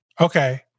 Okay